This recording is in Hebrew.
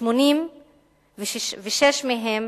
86 מהם